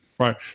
Right